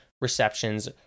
receptions